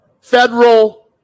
Federal